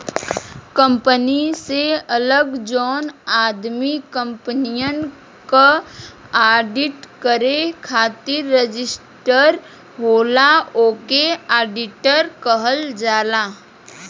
company से अलग जौन आदमी कंपनियन क आडिट करे खातिर रजिस्टर होला ओके आडिटर कहल जाला